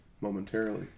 momentarily